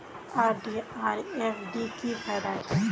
RD आर FD की फ़ायदा छे?